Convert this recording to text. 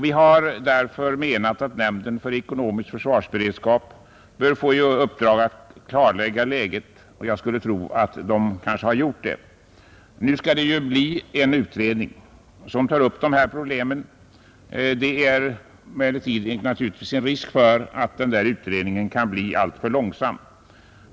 Vi har därför menat att nämnden för ekonomisk försvarsberedskap bör få i uppdrag att klarlägga läget; jag skulle tro att den redan har gjort det. Nu skall det ju tillsättas en utredning som skall ta upp dessa problem. Det finns emellertid en risk att den kan komma att bli alltför långvarig.